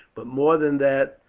but more than that,